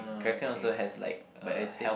Kraken also has like uh health